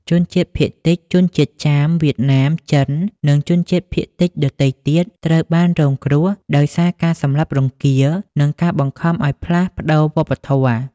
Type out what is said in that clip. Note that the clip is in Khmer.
ជនជាតិភាគតិច ជនជាតិចាម វៀតណាម ចិន និងជនជាតិភាគតិចដទៃទៀត ត្រូវបានរងគ្រោះដោយការសម្លាប់រង្គាល និងការបង្ខំឱ្យផ្លាស់ប្តូរវប្បធម៌។